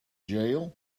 jail